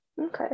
Okay